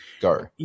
Go